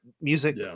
music